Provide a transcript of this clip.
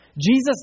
Jesus